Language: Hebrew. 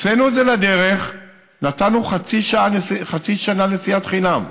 הוצאנו את זה לדרך, נתנו חצי שנה נסיעת חינם,